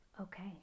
Okay